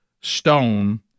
stone